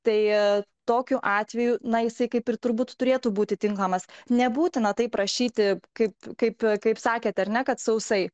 tai tokiu atveju naisiai kaip ir turbūt turėtų būti tinkamas nebūtina taip rašyti kad kaip kaip sakėte ar ne kad sausai